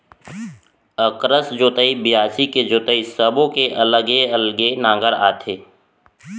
अकरस जोतई, बियासी के जोतई सब्बो के अलगे अलगे नांगर आथे